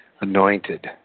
anointed